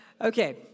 Okay